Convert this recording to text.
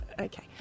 okay